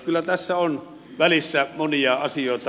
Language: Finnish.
kyllä tässä on välissä monia asioita